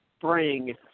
Bring